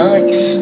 Nice